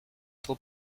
trop